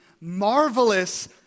marvelous